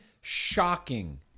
shocking